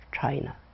China